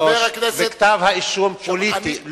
מדובר בכתב אישום פוליטי,